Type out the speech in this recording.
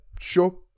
sure